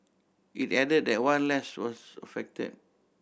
it added that one lanes was affected